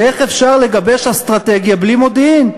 ואיך אפשר לגבש אסטרטגיה בלי מודיעין?